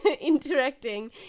interacting